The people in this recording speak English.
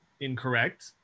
incorrect